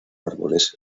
árboles